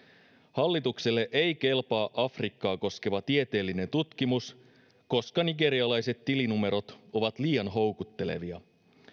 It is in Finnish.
hallitukselle ei kelpaa afrikkaa koskeva tieteellinen tutkimus koska nigerialaiset tilinumerot ovat liian houkuttelevia